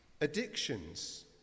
addictions